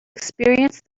experienced